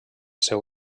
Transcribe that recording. seu